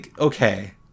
okay